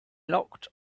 locked